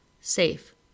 Safe